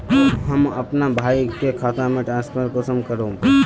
हम अपना भाई के खाता में ट्रांसफर कुंसम कारबे?